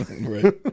Right